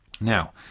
Now